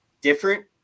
different